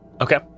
Okay